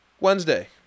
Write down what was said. Wednesday